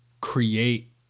create